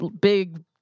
big